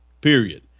period